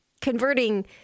converting